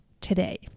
today